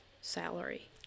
salary